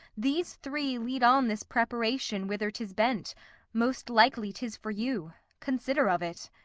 these three lead on this preparation whither tis bent most likely tis for you consider of it